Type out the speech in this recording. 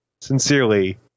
sincerely